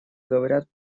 говорят